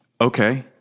Okay